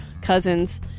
cousins